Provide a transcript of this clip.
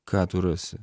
ką tu rasi